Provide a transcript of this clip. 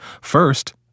first